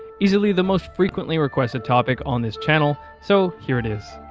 easily the most frequently requested topic on this channel, so here it is.